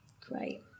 great